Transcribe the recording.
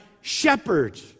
shepherd